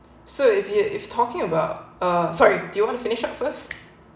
so if you if talking about uh sorry do you want finish up first